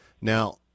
Now